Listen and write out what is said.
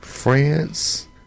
France